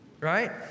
right